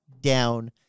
down